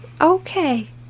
Okay